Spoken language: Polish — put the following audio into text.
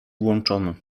włączony